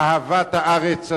אהבת הארץ הזאת.